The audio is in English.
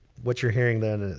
what you're hearing, then,